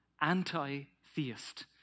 anti-theist